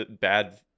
bad